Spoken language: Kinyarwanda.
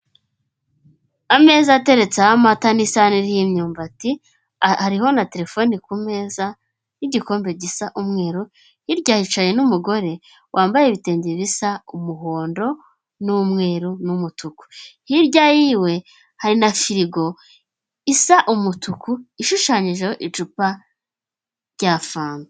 Ameza ateretseho amata n'isahani iriho imyumbati, hariho na terefone ku meza n'igikombe gisa umweru. Hirya hicaye n'umugore wambaye ibitenge bisa umuhondo n'umweru n'umutuku. Hirya yiwe hari na firigo isa umutuku ishushanyijeho icupa rya fanta.